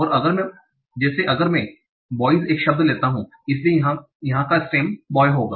तो अगर मैं boys एक शब्द लेता हूं इसलिए यहां का स्टेम boy होगा